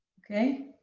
okay?